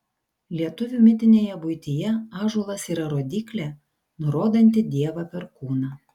lietuvių mitinėje buityje ąžuolas yra rodyklė nurodanti dievą perkūną